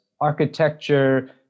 architecture